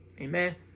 Amen